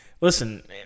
listen